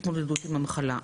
התמודדות עם המחלה.